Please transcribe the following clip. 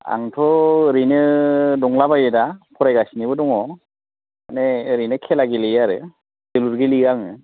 आंथ' ओरैनो दंलाबायो दा फरायगासिनोबो दङ मानि ओरैनो खेला गेलेयो आरो जोलुर गेलेयो आङो